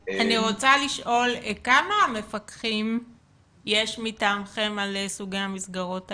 כמה מפקחים יש מטעמכם על סוגי המסגרות האלה?